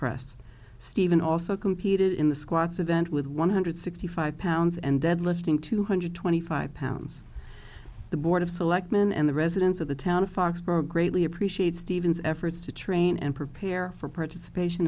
press stephen also competed in the squats event with one hundred sixty five pounds and deadlifting two hundred twenty five pounds the board of selectmen and the residents of the town of foxborough greatly appreciate steven's efforts to train and prepare for participation